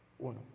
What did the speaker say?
uno